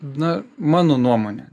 na mano nuomone